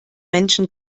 menschen